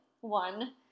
one